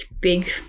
big